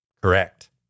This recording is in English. Correct